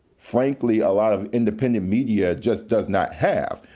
frankly a lot of independent media just does not have.